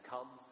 Come